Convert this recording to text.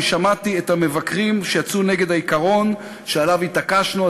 אני שמעתי את המבקרים שיצאו נגד העיקרון שעליו התעקשנו,